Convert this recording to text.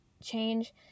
change